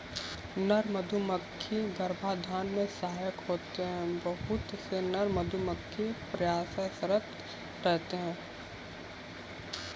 नर मधुमक्खी गर्भाधान में सहायक होते हैं बहुत से नर मधुमक्खी प्रयासरत रहते हैं